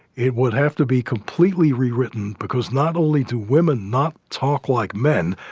it would have to be completely rewritten because not only do women not talk like men,